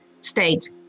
state